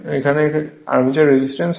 এটি আসলে armature resistance হয়